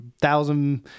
thousand